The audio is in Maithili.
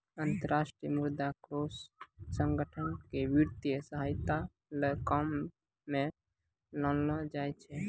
अन्तर्राष्ट्रीय मुद्रा कोष संगठन क वित्तीय सहायता ल काम म लानलो जाय छै